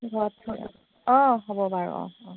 অঁ হ'ব বাৰু অঁ অঁ